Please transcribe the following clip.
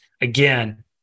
Again